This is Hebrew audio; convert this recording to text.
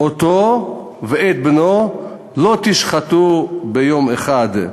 "אֹתו ואת בנו לא תשחטו ביום אחד".